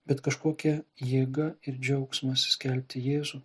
bet kažkokia jėga ir džiaugsmas skelbti jėzų